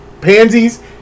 pansies